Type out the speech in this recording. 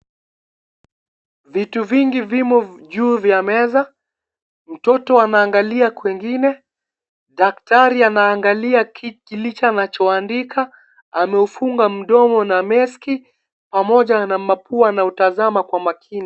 Vitu vingi vimo juu ya meza. Mtoto anaangalia kwingine. Daktari anaangalia kilicho anachoandika. ameufunga mdomo na meski pamoja na mapua anautazama kwa makini.